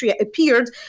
appeared